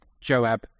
Joab